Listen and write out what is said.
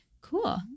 Cool